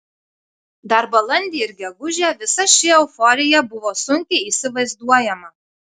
dar balandį ir gegužę visa ši euforija buvo sunkiai įsivaizduojama